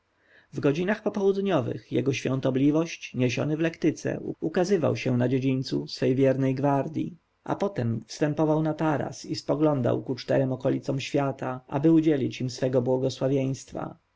w godzinach popołudniowych jego świątobliwość niesiony w lektyce ukazywał się na dziedzińcu swojej wiernej gwardji a potem wstępował na taras i spoglądał ku czterem okolicom świata aby udzielić im swego błogosławieństwa